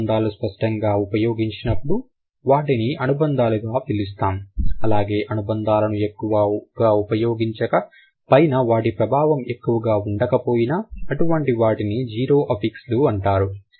అనుబంధాలు స్పష్టంగా ఉపయోగించినపుడు వాటిని అనుబంధాలుగా పిలుస్తాం అలాగే అనుబంధాలను ఎక్కువగా ఉపయోగించక పైన వాటి ప్రభావం ఎక్కువగా ఉండకపోయినా అటువంటి వాటిని జీరో ఆ ఫిక్స్లు అంటారు